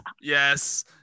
yes